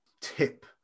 tip